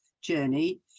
journey